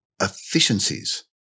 efficiencies